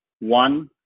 One